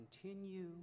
continue